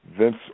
Vince